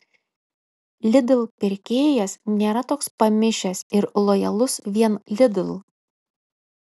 lidl pirkėjas nėra toks pamišęs ir lojalus vien lidl